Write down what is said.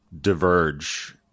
diverge